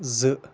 زٕ